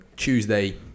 Tuesday